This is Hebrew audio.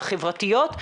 החברתיות,